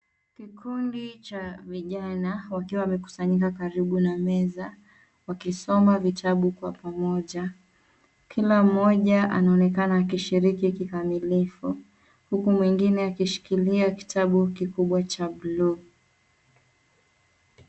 Kikundi cha vijana wakiwa wamekusanyika karibu na meza wakisoma vitabu kwa pamoja. Kila mmoja anaonekana akishiriki kikamilifu huku mwingine akishikilia kitabu kikubwa cha bluu.